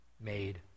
made